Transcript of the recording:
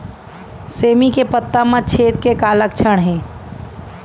सेमी के पत्ता म छेद के का लक्षण हे?